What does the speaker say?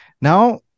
now